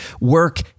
work